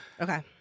Okay